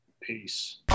peace